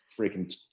freaking